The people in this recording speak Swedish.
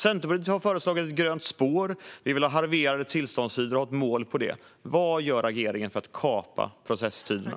Centerpartiet har föreslagit ett grönt spår. Vi vill ha halverade tillståndstider, och vi vill ha ett mål om det. Vad gör regeringen för att kapa processtiderna?